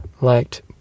liked